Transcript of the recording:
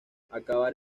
acabar